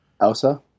Elsa